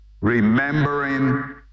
remembering